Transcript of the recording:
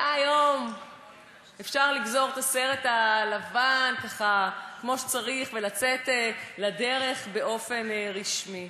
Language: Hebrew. היה היום אפשר לגזור את הסרט הלבן כמו שצריך ולצאת לדרך באופן רשמי.